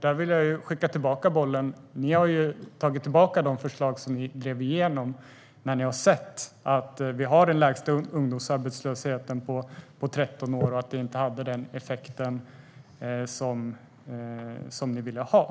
Jag vill skicka tillbaka den bollen. Ni har ju tagit tillbaka de förslag som ni drev igenom när ni har sett att vi har den lägsta ungdomsarbetslösheten på 13 år och att det här inte hade den effekt som ni ville uppnå.